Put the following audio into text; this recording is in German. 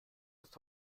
ist